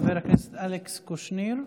חבר הכנסת אלכס קושניר,